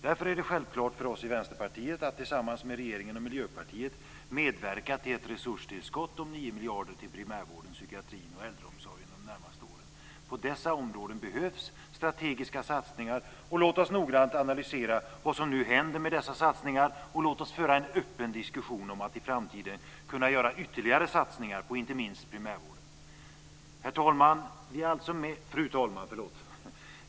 Därför är det självklart för oss i Vänsterpartiet att tillsammans med regeringen och Miljöpartiet medverka till ett resurstillskott om 9 miljarder till primärvården, psykiatrin och äldreomsorgen de närmaste åren. På dessa områden behövs strategiska satsningar. Låt oss noggrant analysera vad som nu händer med dessa satsningar, och låt oss föra en öppen diskussion om att i framtiden kunna göra ytterligare satsningar på inte minst primärvården. Fru talman!